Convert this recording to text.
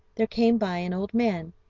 there came by an old man,